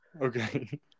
Okay